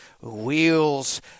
Wheels